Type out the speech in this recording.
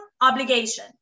obligation